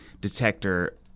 detector